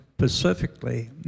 Specifically